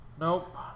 Nope